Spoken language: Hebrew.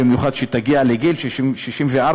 במיוחד כשתגיע לגיל 64,